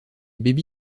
baby